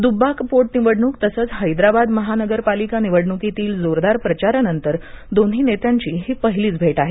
दुब्बाक पोटनिवडणूक तसेच हैदराबाद महानगरपालिका निवडणुकीतील जोरदार प्रचारानंतर दोन्ही नेत्यांची ही पहिलीच भेट आहे